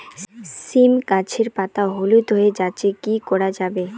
সীম গাছের পাতা হলুদ হয়ে যাচ্ছে কি করা যাবে?